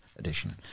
Edition